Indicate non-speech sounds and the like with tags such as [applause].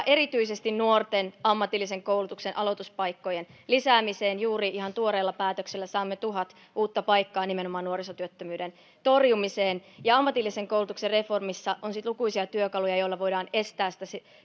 [unintelligible] erityisesti nuorten ammatillisen koulutuksen aloituspaikkojen lisäämiseen juuri ihan tuoreella päätöksellä saamme tuhat uutta paikkaa nimenomaan nuorisotyöttömyyden torjumiseen ja ammatillisen koulutuksen reformissa on sitten lukuisia työkaluja joilla voidaan estää